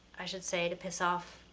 i should say to piss off